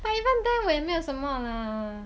but even though 也没有什么啦